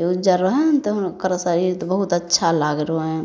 जँ उज्जर रहैनि तऽ हुनकर शरीर तऽ बहुत अच्छा लागैत रहैनि